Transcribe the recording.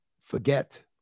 forget